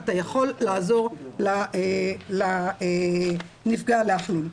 אתה יכול לעזור לנפגע להחלים.